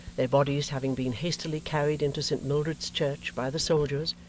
their bodies having been hastily carried into st mildred's church by the soldiers,